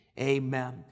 Amen